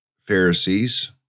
Pharisees